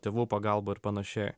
tėvų pagalba ir panašiai